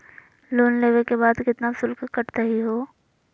Loan लेवे के बाद केतना शुल्क कटतही हो?